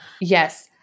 Yes